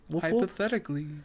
hypothetically